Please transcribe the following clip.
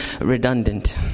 redundant